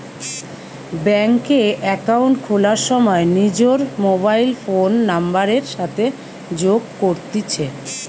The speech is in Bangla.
ব্যাঙ্ক এ একাউন্ট খোলার সময় নিজর মোবাইল ফোন নাম্বারের সাথে যোগ করতিছে